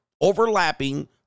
overlapping